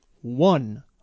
one